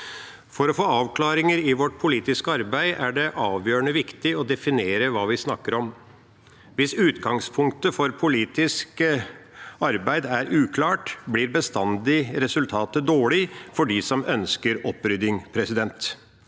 For å få avklaringer i vårt politiske arbeid er det avgjørende viktig å definere hva vi snakker om. Hvis utgangspunktet for politisk arbeid er uklart, blir bestandig resultatet dårlig for dem som ønsker opprydning – så